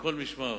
מכל משמר